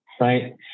Right